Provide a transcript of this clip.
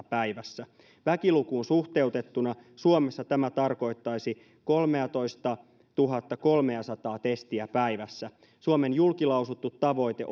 päivässä väkilukuun suhteutettuna suomessa tämä tarkoittaisi kolmeatoistatuhattakolmeasataa testiä päivässä suomen julkilausuttu tavoite